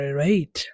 right